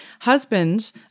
husband